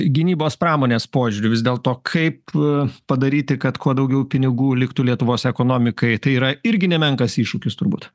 gynybos pramonės požiūriu vis dėlto kaip padaryti kad kuo daugiau pinigų liktų lietuvos ekonomikai tai yra irgi nemenkas iššūkis turbūt